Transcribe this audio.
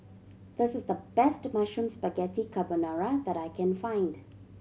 this is the best Mushroom Spaghetti Carbonara that I can find